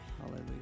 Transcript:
Hallelujah